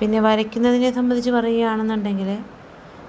പിന്നെ വരയ്ക്കുന്നതിനെ സംബന്ധിച്ച് പറയുകയാണെന്നുണ്ടെങ്കിൽ